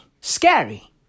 Scary